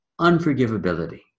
unforgivability